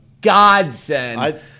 godsend